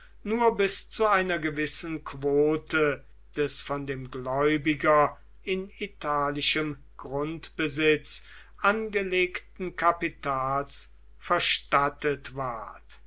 nur bis zu einer gewissen quote des von dem gläubiger in italischem grundbesitz angelegten kapitals verstattet ward